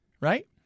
right